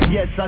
Yes